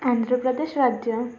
आंध्रप्रदेश राज्य